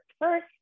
first